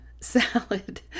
salad